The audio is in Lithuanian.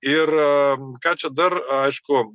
ir ką čia dar aišku